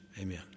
amen